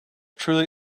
truly